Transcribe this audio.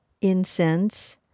incense